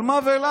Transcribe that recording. על מה ולמה,